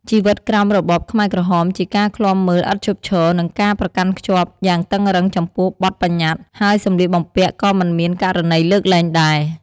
ជីវិតក្រោមរបបខ្មែរក្រហមជាការឃ្លាំមើលឥតឈប់ឈរ និងការប្រកាន់ខ្ជាប់យ៉ាងតឹងរ៉ឹងចំពោះបទប្បញ្ញត្តិ ហើយសម្លៀកបំពាក់ក៏មិនមានករណីលើកលែងដែរ។